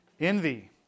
Envy